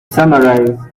summarize